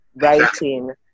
writing